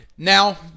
Now